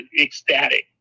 ecstatic